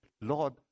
Lord